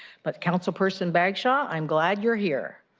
but, councilperson baghaw, ah i'm glad you're here.